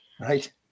Right